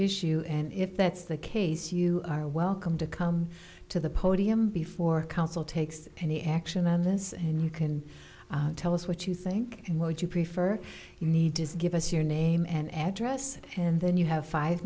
issue and if that's the case you are welcome to come to the podium before council takes any action on this and you can tell us what you think and would you prefer need to give us your name and address and then you have five